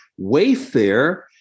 Wayfair